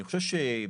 אני חושב שבאמת,